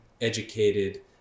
educated